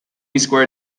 square